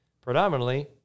predominantly